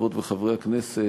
חברות וחברי הכנסת,